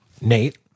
Nate